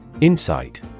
Insight